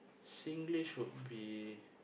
Singlish would be